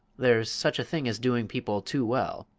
there's such a thing as doing people too well.